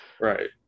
Right